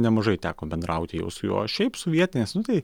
nemažai teko bendrauti jau su juo o šiaip su vietiniais nu tai